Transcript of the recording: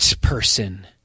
person